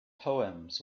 poems